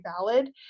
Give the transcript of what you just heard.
valid